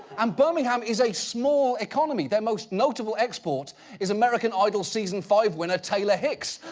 um birmingham is a small economy. their most notable export is american idol season five winner, taylor hicks.